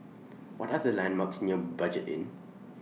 What Are The landmarks near Budget Inn